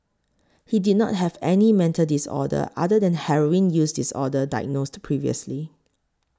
he did not have any mental disorder other than Heroin use disorder diagnosed previously